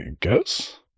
guess